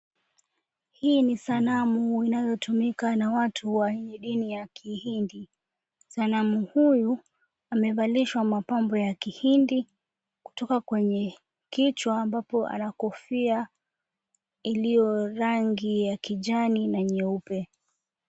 Hii ni sanamu inayotumika na watu wenye dini ya Kihindi, sanamu huyu amevalishwa mapambo ya Kihindi kutoka kwenye kichwa, ambapo anakofia iliyo na rangi ya kijani na nyeupe.